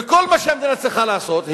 וכל מה שהמדינה צריכה לעשות,